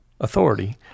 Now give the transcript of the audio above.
authority